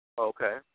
Okay